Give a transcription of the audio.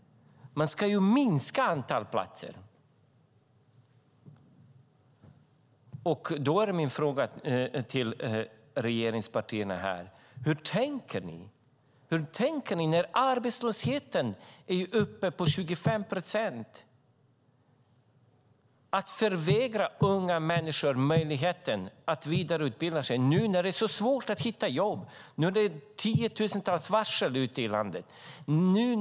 Man ska minska antalet platser. Då är min fråga till regeringspartierna: Hur tänker ni när arbetslösheten är uppe på 25 procent? Ni förvägrar unga människor möjligheten att vidareutbilda sig nu när det är så svårt att hitta jobb och nu när det är tiotusentals varsel ute i landet.